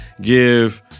Give